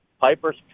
Piper's